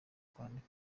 kwandika